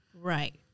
Right